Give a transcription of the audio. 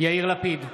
יאיר לפיד,